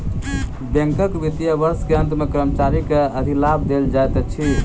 बैंकक वित्तीय वर्ष के अंत मे कर्मचारी के अधिलाभ देल जाइत अछि